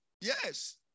Yes